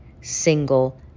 single